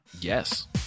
yes